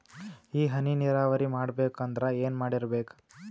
ಈ ಹನಿ ನೀರಾವರಿ ಮಾಡಬೇಕು ಅಂದ್ರ ಏನ್ ಮಾಡಿರಬೇಕು?